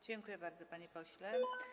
Dziękuję bardzo, panie pośle.